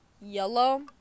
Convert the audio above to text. yellow